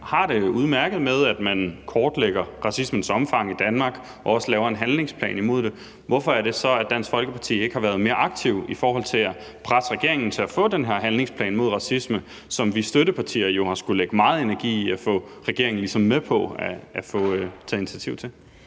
har det udmærket med, at man kortlægger racismens omfang i Danmark og også laver en handlingsplan imod den, hvorfor er det så, at Dansk Folkeparti ikke har været mere aktive i forhold til at presse regeringen til at få den her handlingsplan mod racisme, som vi støttepartier jo har skullet lægge meget energi i at få regeringen med på at få taget initiativ til?